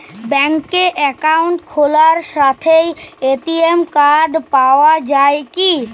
ব্যাঙ্কে অ্যাকাউন্ট খোলার সাথেই এ.টি.এম কার্ড পাওয়া যায় কি?